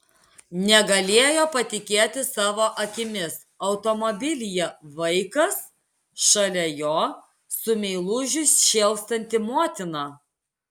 negalėjo patikėti savo akimis automobilyje vaikas šalia jo su meilužiu šėlstanti motina